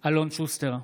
אלון שוסטר,